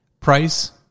Price